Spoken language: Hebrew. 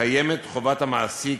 קיימת חובת המעסיק,